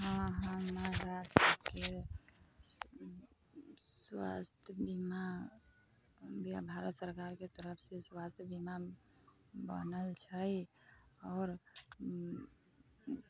हँ हमरासबके स्वास्थ बीमा भारत सरकारके तरफसँ स्वास्थ बीमा बनल छै आओर